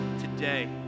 today